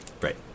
right